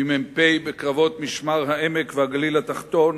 ממ"פ בקרבות משמר-העמק והגליל התחתון